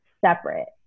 separate